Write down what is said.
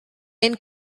ein